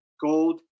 gold